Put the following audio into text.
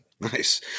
Nice